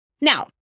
Now